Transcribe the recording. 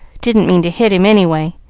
didn't mean to hit him, any way.